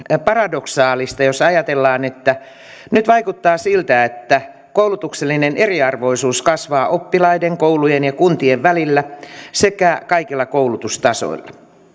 paradoksaalista jos ajatellaan että nyt vaikuttaa siltä että koulutuksellinen eriarvoisuus kasvaa oppilaiden koulujen ja kuntien välillä sekä kaikilla koulutustasoilla